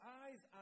eyes